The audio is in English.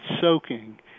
soaking